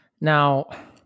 Now